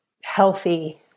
healthy